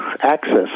access